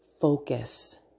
focus